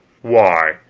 why,